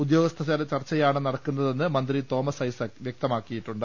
ഉദ്യോഗസ്ഥതല ചർച്ചയാണ് നടക്കുന്ന തെന്ന് മന്ത്രി തോമസ് ഐസക് വൃക്തമാക്കിയിട്ടുണ്ട്